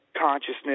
consciousness